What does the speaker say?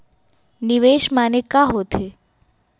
निवेश माने का होथे?